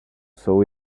saw